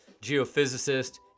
geophysicist